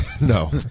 No